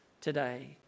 today